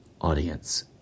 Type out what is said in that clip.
audience